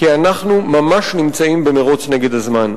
כי אנחנו ממש נמצאים במירוץ נגד הזמן.